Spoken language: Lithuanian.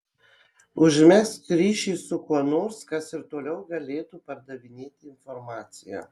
užmegzk ryšį su kuo nors kas ir toliau galėtų perdavinėti informaciją